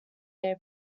their